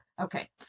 Okay